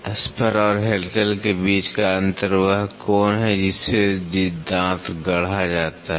spur और helical के बीच का अंतर वह कोण है जिससे दांत गढ़ा जाता है